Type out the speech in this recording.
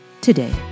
Today